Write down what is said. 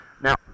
now